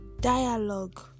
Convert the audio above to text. dialogue